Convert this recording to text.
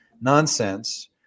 nonsense